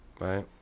right